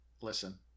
listen